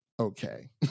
okay